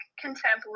contemporary